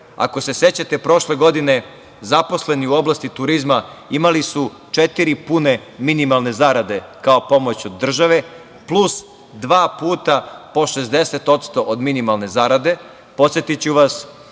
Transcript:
Ako se sećate, prošle godine zaposleni u oblasti turizma imali su četiri pune minimalne zarade kao pomoć od države, plus dva puta po 60% od minimalne zarade.